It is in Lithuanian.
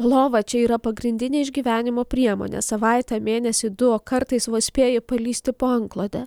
lova čia yra pagrindinė išgyvenimo priemonė savaitę mėnesį du o kartais vos spėja palįsti po antklode